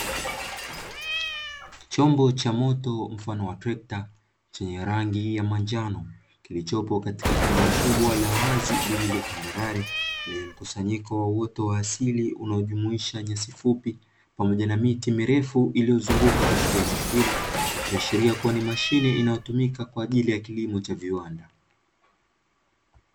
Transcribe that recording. Chombo cha moto mfano wa trekta chenye rangi ya manjano kilichopo katika eneo kubwa la wazi lililo tambarare' lenye mkusanyiko wa uoto wa asili unaojumuisha nyasi fupi pamoja na miti mirefu iliyozunguka katika eneo hilo, ikiashiria kuwa ni mashine inayotumika kwa ajili ya kilimo cha viwanda.